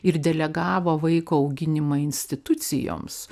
ir delegavo vaiko auginimą institucijoms